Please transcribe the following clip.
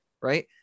right